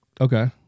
Okay